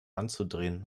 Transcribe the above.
anzudrehen